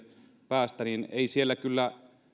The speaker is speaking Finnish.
päästä niin eivät siellä kyllä